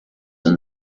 and